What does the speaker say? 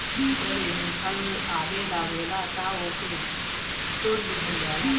जब एमे फल आवे लागेला तअ ओके तुड़ लिहल जाला